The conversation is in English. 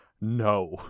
No